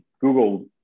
google